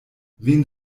wen